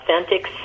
authentic